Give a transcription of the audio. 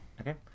Okay